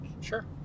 Sure